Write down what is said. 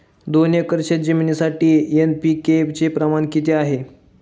दोन एकर शेतजमिनीसाठी एन.पी.के चे प्रमाण किती आहे?